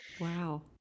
Wow